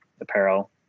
apparel